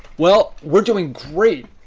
well, we're doing great.